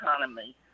economy